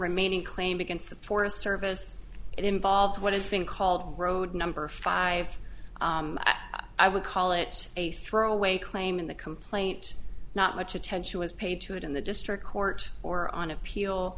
remaining claim against the forest service it involves what is being called road number five i would call it a throwaway claim in the complaint not much attention was paid to it in the district court or on appeal